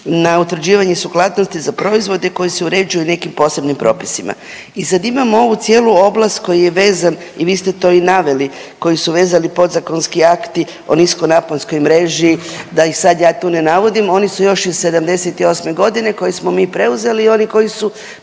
na utvrđivanje suglasnosti za proizvode koji su uređuju nekim posebnim propisima. I sad imamo ovu cijelu oblast koji je vezan i Vi ste to i naveli koji su vezali podzakonski akti o nisko naponskoj mreži da ih sad ja tu ne navodim. Oni su još iz 78.godine koje smo mi preuzeli i oni koji su